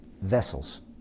vessels